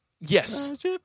yes